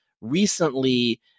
recently